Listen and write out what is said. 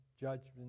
judgment